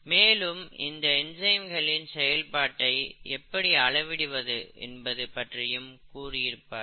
மேலும் இந்த என்சைம்களின் செயல்பாட்டை எப்படி அளவிடுவது என்பது பற்றியும் கூறியிருப்பார்கள்